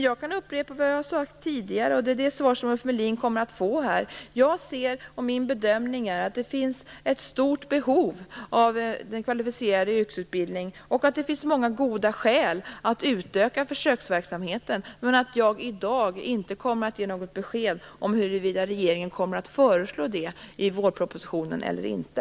Jag kan upprepa vad jag tidigare sagt och det är det svar som Ulf Melin får: Min bedömning är att det finns ett stort behov av kvalificerad yrkesutbildning och att det finns många goda skäl att utöka försöksverksamheten. I dag kommer jag dock inte att ge något besked om huruvida regeringen i vårpropositionen kommer att föreslå det eller inte.